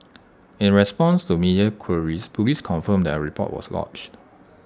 in response to media queries Police confirmed that A report was lodged